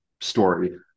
story